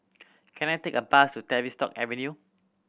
can I take a bus to Tavistock Avenue